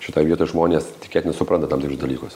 šitoj vietoj žmonės tikėtina supranta tam tikrus dalykus